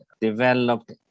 developed